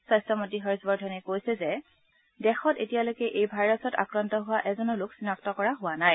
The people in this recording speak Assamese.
স্বাস্থ্যমন্ত্ৰী হৰ্ষবৰ্ধনে কৈছে যে দেশত এতিয়ালৈকে এই ভাইৰাছত আক্ৰান্ত হোৱা এজনো লোক চিনাক্ত কৰা হোৱা নাই